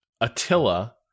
Attila